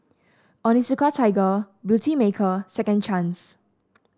Onitsuka Tiger Beautymaker Second Chance